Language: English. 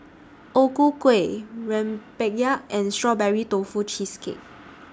O Ku Kueh Rempeyek and Strawberry Tofu Cheesecake